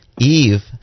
Eve